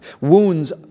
Wounds